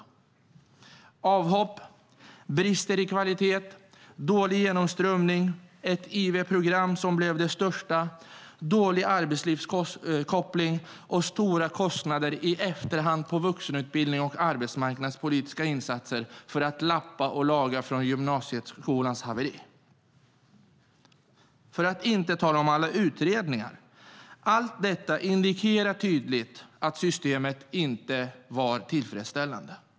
Vi har sett avhopp, brister i kvalitet, dålig genomströmning, ett IV-program som blev det största, dålig arbetslivskoppling och stora kostnader i efterhand på vuxenutbildning och arbetsmarknadspolitiska insatser för att lappa och laga efter gymnasieskolans haveri - för att inte tala om alla utredningar. Allt detta indikerar tydligt att systemet inte var tillfredsställande.